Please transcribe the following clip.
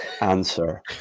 answer